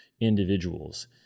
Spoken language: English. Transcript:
individuals